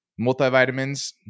multivitamins